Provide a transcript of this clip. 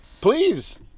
Please